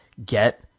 get